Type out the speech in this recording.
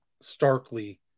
starkly